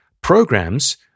programs